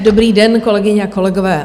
Dobrý den, kolegyně a kolegové.